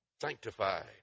sanctified